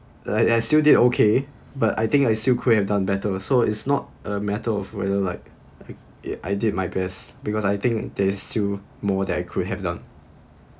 I I still did okay but I think I still could have done better so it's not a matter of whether like a~ I did my best because I think there's still more that I could have done